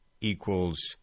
equals